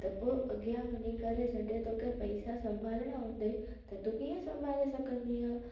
त पोइ अॻियां वञी करे जॾहिं तोखे पैसा संभालणा हुंदईं त तूं कीअं संभाले सघंदीअ